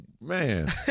man